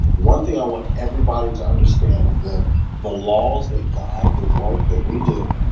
one thing i want everybody to understand yeah the laws that guide the work that we do,